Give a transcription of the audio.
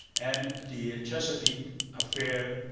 and the chesapeake affair,